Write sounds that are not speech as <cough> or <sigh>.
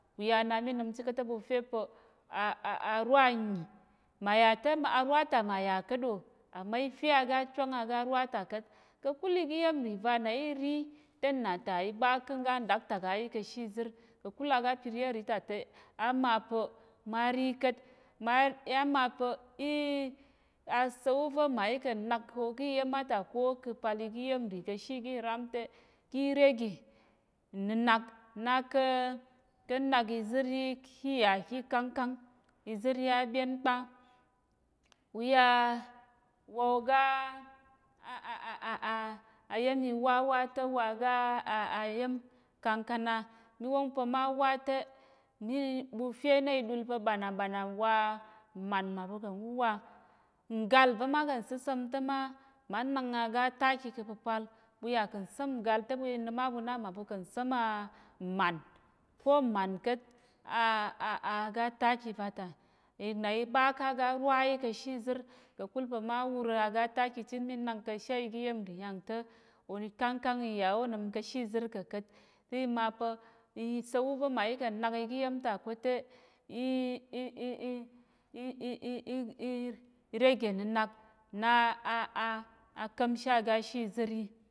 Ɓuya nami nim chit ka̱te ɓu fye pa <hesitation> arwa anì mayate arwata maya ka̱tɗo amifye aga chwang agarwa ta ka̱t ka̱kul ogiyemri vana irir te nata iɓa ka̱ ngá nɗaktak ayi kishizir ka̱kul agapir iyemri tate amapa̱ mari ka̱t ma <hesitation> asawuva̱ mayi ka̱nak ogi yemata ko ka̱pal igiyemri ka̱pal iyemri ishigi rám te kirege nna̱nak ka̱ ka̱nak iziryi kiya ki kangkang iziryi aɓyenkpa uya woga <hesitation> ayem iwawa ta̱ waga ayem kangkana miwong pa̱ mawa te mi ɓufe na iɗul pa ɓanam-ɓanam wa mman maɓu ka̱n wuwa ngalva̱ maka̱n səsem ta̱ma manang aga taki ka̱ pa̱pal ɓuya ka̱n sém ngal te inim aɓu na maɓu ka̱n sém a mman te mman ka̱t <hesitation> aga taki vata nna iɓa kaga rwa kishizir ka̱kulpa̱ mawur aga taki chit minag ka̱shi gi yermi yangta̱ ikangkang iya onim kashizir koka̱t timapa̱ isawuva̱ mayi ka̱n nag ogiyemta ko te <hesitation> irege na̱nak na <hesitation> akamshi aga iziryi